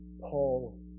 Paul